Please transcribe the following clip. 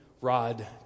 Rod